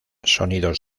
sonidos